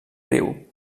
riu